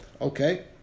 okay